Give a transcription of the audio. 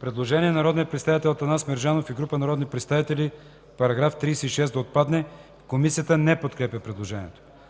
Предложение на народния представител Атанас Мерджанов и група народни представители: „§ 36 да отпадне.” Комисията не подкрепя предложението.